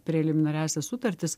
preliminariąsias sutartis